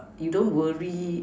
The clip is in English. you don't worry